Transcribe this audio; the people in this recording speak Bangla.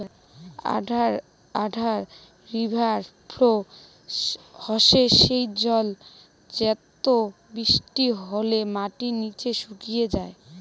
আন্ডার রিভার ফ্লো হসে সেই জল যেটো বৃষ্টি হলে মাটির নিচে শুষে যাই